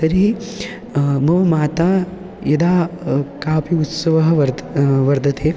तर्हि मम माता यदा कापि उत्सवः वर्त वर्तते